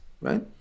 Right